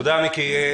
תודה, מיקי.